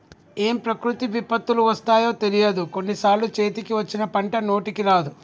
ఏం ప్రకృతి విపత్తులు వస్తాయో తెలియదు, కొన్ని సార్లు చేతికి వచ్చిన పంట నోటికి రాదు